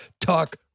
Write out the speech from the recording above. Talk